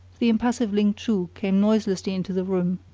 the impassive ling chu came noiselessly into the room,